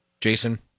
Jason